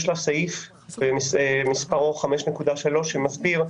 יש לה סעיף שמספרו 5.3 שמסדיר,